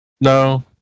No